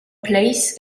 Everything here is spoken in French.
place